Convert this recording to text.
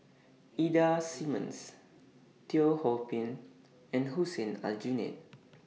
Ida Simmons Teo Ho Pin and Hussein Aljunied